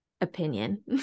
opinion